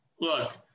Look